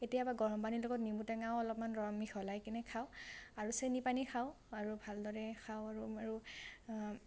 কেতিয়াবা গৰম পানীৰ লগত নেমুটেঙাও অলপমান মিহলাই কিনে খাওঁ আৰু চেনি পানী খাওঁ আৰু ভালদৰে খাওঁ আৰু